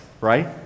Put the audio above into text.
right